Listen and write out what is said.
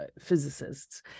physicists